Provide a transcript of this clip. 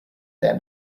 there